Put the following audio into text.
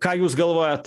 ką jūs galvojat